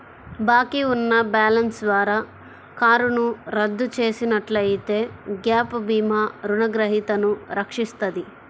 బాకీ ఉన్న బ్యాలెన్స్ ద్వారా కారును రద్దు చేసినట్లయితే గ్యాప్ భీమా రుణగ్రహీతను రక్షిస్తది